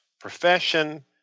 profession